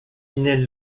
naît